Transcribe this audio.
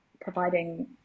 providing